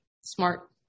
smart